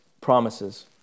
promises